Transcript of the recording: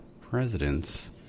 presidents